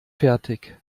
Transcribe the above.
fertig